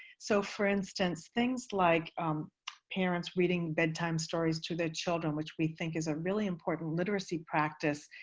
so for instance, things like parents reading bedtime stories to their children, which we think is a really important literacy practice,